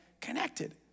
connected